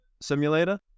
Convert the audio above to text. simulator